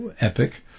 epic